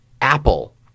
Apple